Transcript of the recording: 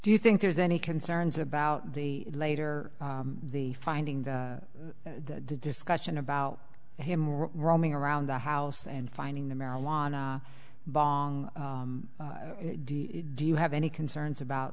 do you think there's any concerns about the later the finding that the discussion about him roaming around the house and finding the marijuana bong do you have any concerns about